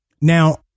Now